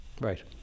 Right